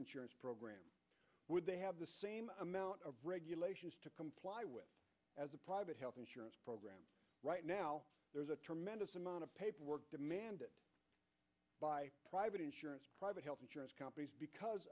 insurance program would they have the same amount of regulations to comply with as a private health insurance program right now there's a tremendous amount of paperwork demanded by private insurance private health insurance companies because